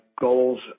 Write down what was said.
goals